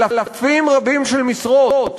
אלפים רבים של משרות.